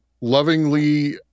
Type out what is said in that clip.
lovingly